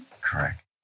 Correct